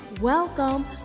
welcome